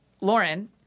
Lauren